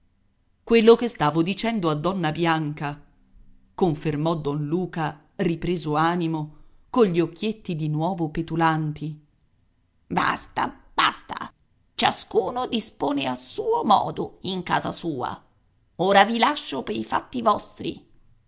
quello che stavo dicendo a donna bianca confermò don luca ripreso animo cogli occhietti di nuovo petulanti basta basta ciascuno dispone a suo modo in casa sua ora vi lascio pei fatti vostri